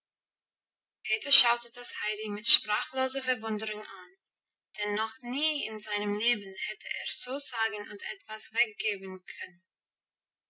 peter schaute das heidi mit sprachloser verwunderung an denn noch nie in seinem leben hätte er so sagen und etwas weggeben können